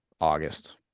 August